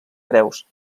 preus